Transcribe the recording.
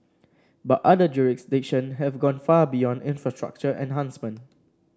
but other jurisdiction have gone far beyond infrastructure enhancement